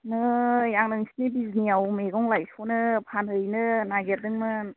नै आं नोंसिनि बिजनिआव मैगं लायस'नो फानहैनो नागिरदोंमोन